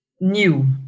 new